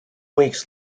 weeks